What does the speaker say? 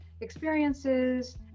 experiences